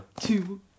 two